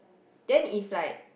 then if like